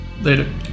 later